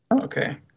Okay